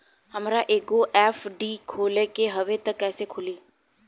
हमरा एगो एफ.डी खोले के हवे त कैसे खुली?